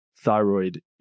thyroid